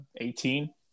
18